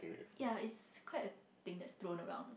ya it's quite a thing that's thrown around